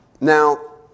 Now